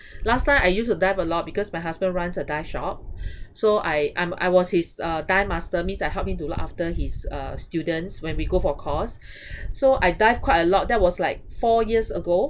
last time I used to dive a lot because my husband runs a dive shop so I I'm I was his uh dive master means I help him to look after his uh students when we go for course so I dive quite a lot that was like four years ago